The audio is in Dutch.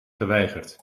geweigerd